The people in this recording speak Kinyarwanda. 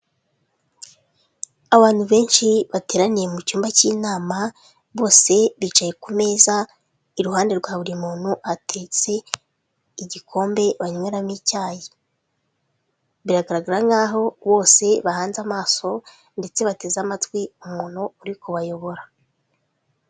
Abantu benshi bateraniye mu cyumba k'inama, bose bicaye ku meza iruhande rwa buri muntu hateretse igikombe banyweramo icyayi. Biragaragara nkaho bose bahanze amaso, bateze amatwi umuntu uri kubayobora.